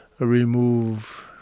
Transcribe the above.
Remove